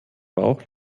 bauch